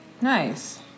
Nice